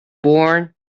born